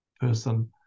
person